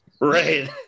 right